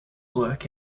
work